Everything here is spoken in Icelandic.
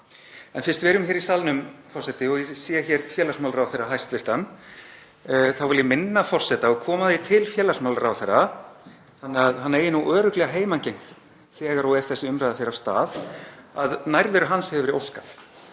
En fyrst við erum hér í salnum, forseti, og ég sé hér hæstv. félagsmálaráðherra, þá vil ég minna forseta á að koma því til félagsmálaráðherra, þannig að hann eigi nú örugglega heimangengt þegar og ef þessi umræða fer af stað, að nærveru hans hefur verið óskað,